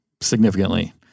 significantly